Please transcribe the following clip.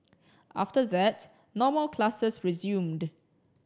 after that normal classes resumed